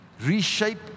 Reshape